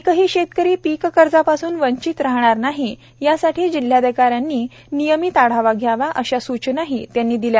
एकही शेतकरी पीक कर्जपासून वंचित राहणार नाही यासाठी जिल्हाधिकाऱ्यांनी नियमित आढावा घ्यावा अशा सूचनाही त्यांनी दिल्या